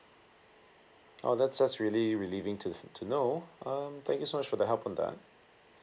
oh that's just really relieving to to know um thank you so much for the help on that